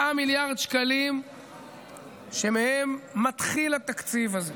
9 מיליארד שקלים שמהם מתחיל התקציב הזה.